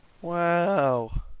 Wow